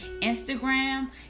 Instagram